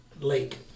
lake